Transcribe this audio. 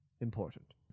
important